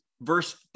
verse